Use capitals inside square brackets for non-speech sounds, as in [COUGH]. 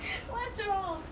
[LAUGHS] what's wrong